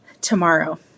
tomorrow